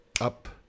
up